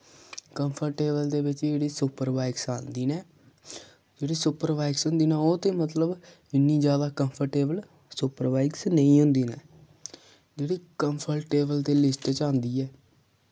comfortable दे बिच्च जेह्ड़ी सुपरबाइक्स औंदी ने जेह्ड़ी सुपरबाइक्स होंदी ना ओह् ते मतलब इ'न्नी ज्यादा कम्फर्टेबल सुपरबाइक्स नेईं होंदी न जेह्ड़ी कम्फर्टेबल दी लिस्ट च आंदी ऐ